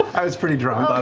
i was pretty drunk.